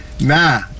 Nah